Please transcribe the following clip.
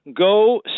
go